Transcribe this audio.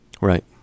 Right